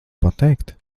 pateikt